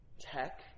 tech